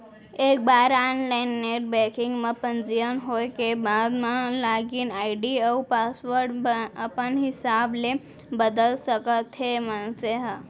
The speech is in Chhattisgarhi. एक बार ऑनलाईन नेट बेंकिंग म पंजीयन होए के बाद म लागिन आईडी अउ पासवर्ड अपन हिसाब ले बदल सकत हे मनसे ह